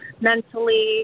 mentally